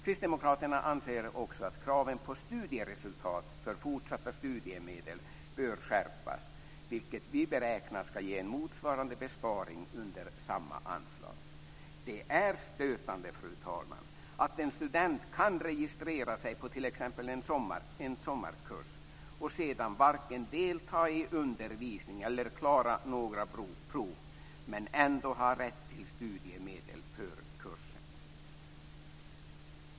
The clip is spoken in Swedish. Kristdemokraterna anser också att kravet på studieresultat för fortsatta studiemedel bör skärpas, vilket vi beräknar ska ge en motsvarande besparing under samma anslag. Det är stötande, fru talman, att en student kan registrera sig på t.ex. en sommarkurs och sedan varken delta i undervisning eller klara några prov men ändå ha rätt till studiemedel för kursen.